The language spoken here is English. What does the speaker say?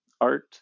art